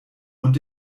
und